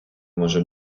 може